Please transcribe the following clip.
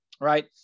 right